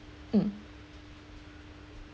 mm